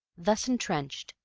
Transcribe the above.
thus entrenched,